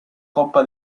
coppa